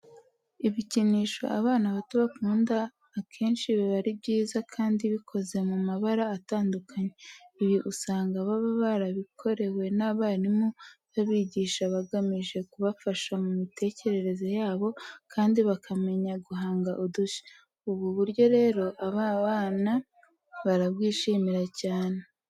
Ibikinisho abana bato bakunda akenshi biba ari byiza kandi bikoze mu mabara atandukanye. Ibi usanga baba barabikorewe n'abarimu babigisha bagamije kubafasha mu mitekerereze yabo kandi bakamenya guhanga udushya. Ubu buryo rero aba bana barabwishimira cyane.